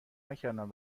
نکردم